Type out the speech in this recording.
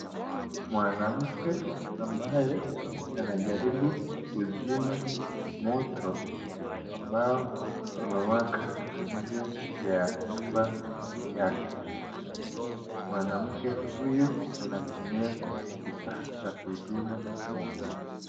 Mwanamke ambaye anajaribiu kuzima moto ambao umewaka nje ya nyumba yake, mwanamke huyu anatumia kifaa cha kuzima moto.